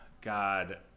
God